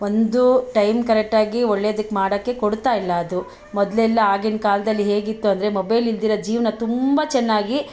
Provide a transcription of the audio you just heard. ಒಂದು ಟೈಮ್ ಕರೆಕ್ಟಾಗಿ ಒಳ್ಳೆದಕ್ಕೆ ಮಾಡೋಕ್ಕೆ ಕೊಡ್ತಾಯಿಲ್ಲ ಅದು ಮೊದಲೆಲ್ಲ ಆಗಿನ ಕಾಲದಲ್ಲಿ ಹೇಗಿತ್ತು ಅಂದರೆ ಮೊಬೈಲ್ ಇಲ್ದಿರೋ ಜೀವನ ತುಂಬ ಚೆನ್ನಾಗಿ